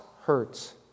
hurts